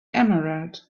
emerald